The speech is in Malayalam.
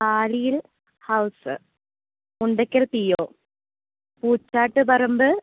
ആലിയിൽ house Mundakkal P O Koothattuparambu